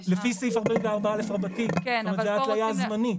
-- לפי סעיף 44(א) אבל זו התליה זמנית.